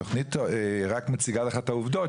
התכנית רק מציגה לך את העובדות,